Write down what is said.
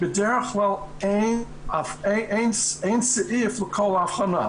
בדרך כלל אין סעיף לכל אבחנה.